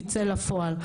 יצא לפועל.